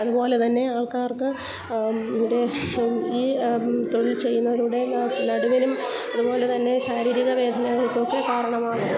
അതുപോലതന്നെ ആൾക്കാർക്ക് മറ്റേ ഈ തൊഴിൽ ചെയ്യുന്നതിലൂടെ നടുവിനും അതുപോല തന്നെ ശാരീരിക വേദനകൾക്കുമൊക്കെ കാരണമാകുന്നു